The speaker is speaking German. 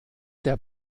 der